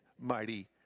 mighty